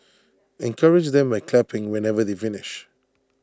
encourage them by clapping whenever they finish